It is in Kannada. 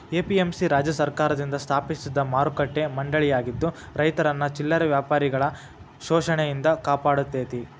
ಎ.ಪಿ.ಎಂ.ಸಿ ರಾಜ್ಯ ಸರ್ಕಾರದಿಂದ ಸ್ಥಾಪಿಸಿದ ಮಾರುಕಟ್ಟೆ ಮಂಡಳಿಯಾಗಿದ್ದು ರೈತರನ್ನ ಚಿಲ್ಲರೆ ವ್ಯಾಪಾರಿಗಳ ಶೋಷಣೆಯಿಂದ ಕಾಪಾಡತೇತಿ